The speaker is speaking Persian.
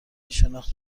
شناخت